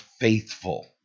faithful